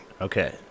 Okay